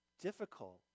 Difficult